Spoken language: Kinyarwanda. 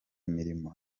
imirimo